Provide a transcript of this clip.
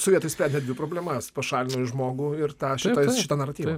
sovietai išsprendė dvi problemas pašalinai žmogų ir tą šitą naratyvą